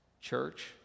church